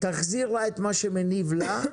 תחזיר לה את מה שמניב לה,